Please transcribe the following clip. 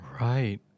Right